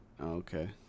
Okay